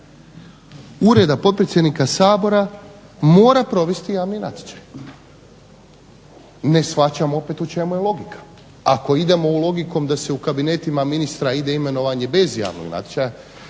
ureda potpredsjednika Sabora mora provesti javni natječaj. Ne shvaćam u čemu je logika, ako idemo logikom da se u kabinetima ministra ide imenovanje bez javnog natječaja,